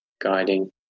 guiding